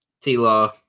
T-Law